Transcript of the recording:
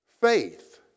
faith